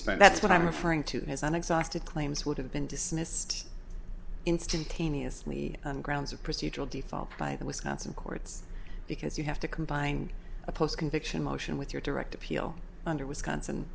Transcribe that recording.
stand that's what i'm referring to as an exhausted claims would have been dismissed instant caney as me on grounds of procedural default by the wisconsin courts because you have to combine a post conviction motion with your direct appeal under wisconsin